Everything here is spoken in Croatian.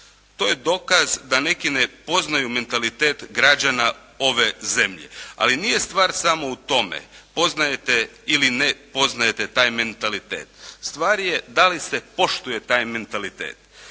to je dokaz da neki ne poznaju mentalitet građana ove zemlje. Ali nije stvar samo u tome. Poznajete ili ne poznajete taj mentalitet. Stvar je da li se poštuje taj mentalitet.